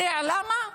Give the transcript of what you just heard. אתה יודע למה?